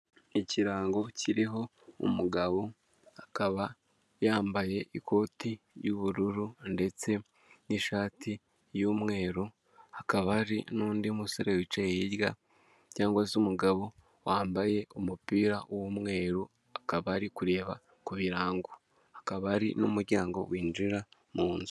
Ikirango kiriho umugabo akaba yambaye ikoti ry'ubururu ndetse n'ishati y'umweru, hakaba hari n'undi musore wicaye hirya cyangwa se umugabo wambaye umupira w'umweru akaba ari kureba ku birango hakaba hari n'umuryango winjira mu nzu.